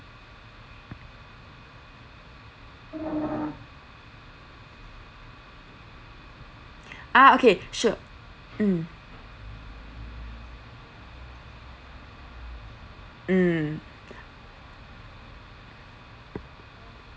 ah okay sure mm mm